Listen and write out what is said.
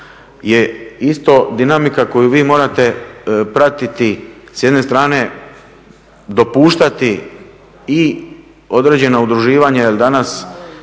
je isto dinamika koju vi morate pratiti, s jedne strane dopuštati i određena udruživanja jer danas